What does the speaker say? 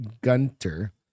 Gunter